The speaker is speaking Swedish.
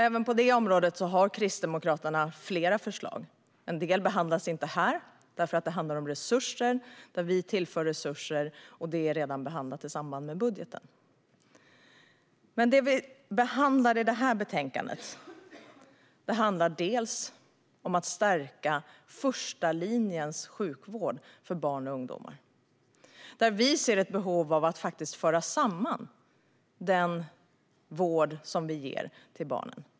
Även på det området har Kristdemokraterna flera förslag. En del behandlas inte här, eftersom det handlar om resurser och att vi tillför resurser. Och det är redan behandlat i samband med budgeten. Det som behandlas i det här betänkandet handlar bland annat om att stärka första linjens sjukvård för barn och ungdomar. Vi ser ett behov av att föra samman den vård som man ger barnen.